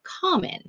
common